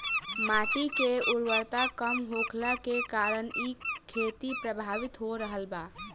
माटी के उर्वरता कम होखला के कारण इ खेती प्रभावित हो रहल बा